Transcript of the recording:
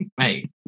Hey